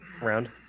Round